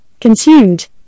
consumed